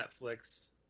Netflix